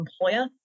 employer